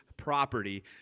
property